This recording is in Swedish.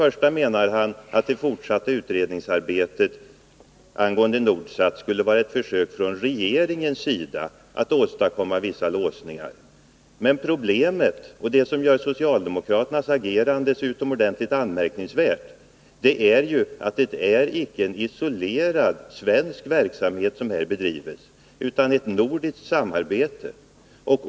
Han menar att det fortsatta utredningsarbetet angående Nordsat skulle vara ett försök från regeringens sida att åstadkomma vissa låsningar. Men det som gör socialdemokraternas agerande så utomordentligt anmärkningsvärt, är att det icke är en isolerad svensk verksamhet som här bedrivs, utan ett nordiskt samarbete.